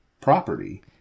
property